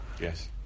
Yes